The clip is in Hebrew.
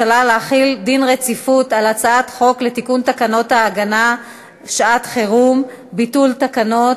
דין רציפות על הצעת חוק לתיקון תקנות ההגנה (שעת חירום) (ביטול תקנות),